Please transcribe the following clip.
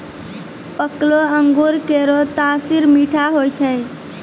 पकलो अंगूर केरो तासीर मीठा होय छै